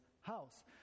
house